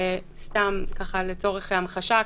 לצורך המחשה,